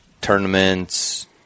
Tournaments